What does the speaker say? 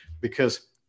because-